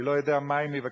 אני לא יודע, מה היא מבקשת?